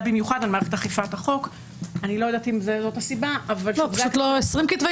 במיוחד על מערכת אכיפת החוק --- פשוט 20 כתבי